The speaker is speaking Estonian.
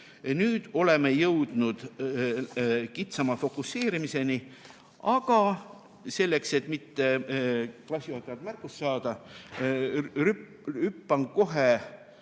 Nüüd oleme jõudnud kitsama fokuseerimiseni. Aga selleks, et mitte klassijuhatajalt märkust saada, ma ei